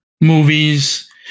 movies